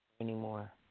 anymore